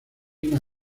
una